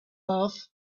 earth